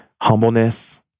Humbleness